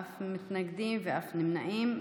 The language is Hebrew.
אין מתנגדים ואין נמנעים.